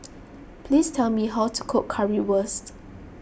please tell me how to cook Currywurst